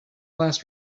last